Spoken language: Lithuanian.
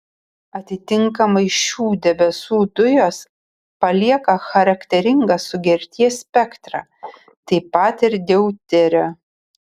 atitinkamai šių debesų dujos palieka charakteringą sugerties spektrą taip pat ir deuterio